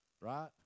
right